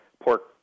pork